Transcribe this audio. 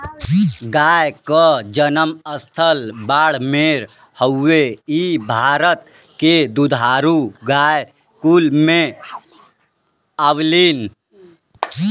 गाय क जनम स्थल बाड़मेर हउवे इ भारत के दुधारू गाय कुल में आवलीन